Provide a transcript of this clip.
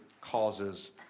causes